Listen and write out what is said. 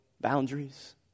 boundaries